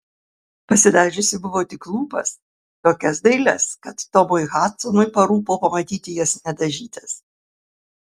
pasidažiusi buvo tik lūpas tokias dailias kad tomui hadsonui parūpo pamatyti jas nedažytas